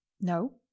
No